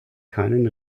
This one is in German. keinen